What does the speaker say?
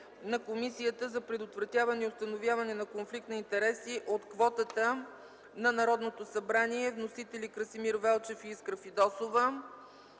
на Комисията за предотвратяване и установяване на конфликт на интереси от квотата на Народното събрание. Вносители – Красимир Велчев и Искра Фидосова.